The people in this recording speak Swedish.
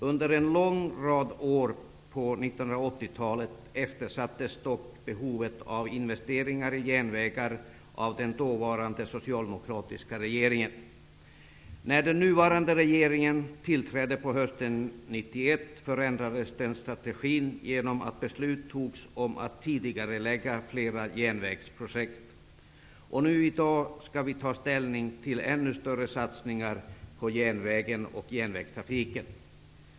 Under en lång rad år på 1980-talet eftersattes dock behovet av investeringar i järnvägar av den dåvarande socialdemokratiska regeringen. När den nuvarande regeringen tillträdde på hösten 1991 förändrades den strategin genom att beslut fattades om att tidigarelägga flera järnvägsprojekt. Och nu i dag skall vi ta ställning till ännu större satsningar på järnvägen och järnvägstrafiken.